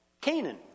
Canaan